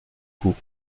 coup